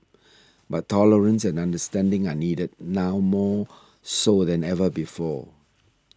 but tolerance and understanding are needed now more so than ever before